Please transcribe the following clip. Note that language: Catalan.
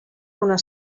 unes